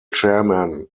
chairman